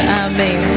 amen